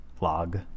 Log